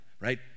right